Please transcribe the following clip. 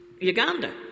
Uganda